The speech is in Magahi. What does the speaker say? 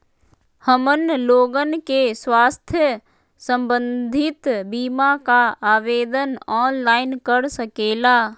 हमन लोगन के स्वास्थ्य संबंधित बिमा का आवेदन ऑनलाइन कर सकेला?